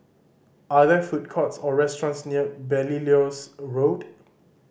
are there food courts or restaurants near Belilios Road